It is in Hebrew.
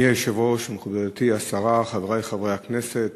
אדוני היושב-ראש, מכובדתי השרה, חברי חברי הכנסת,